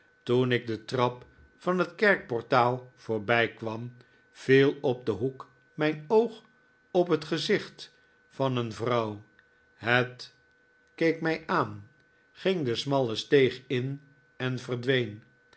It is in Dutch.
toen ik de trap van het kerkportaal voorbijkwam viel op den hoek mijn oog op het gezicht van een vrouw het keek mij aan ging de smalle steeg in en verdween